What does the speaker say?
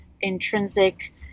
intrinsic